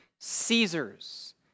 Caesar's